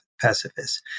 pacifists